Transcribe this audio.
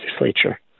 legislature